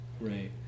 Right